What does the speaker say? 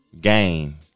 Gain